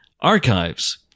archives